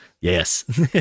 Yes